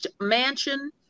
mansion